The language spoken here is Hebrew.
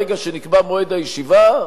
ברגע שנקבע מועד הישיבה,